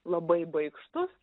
labai baikštus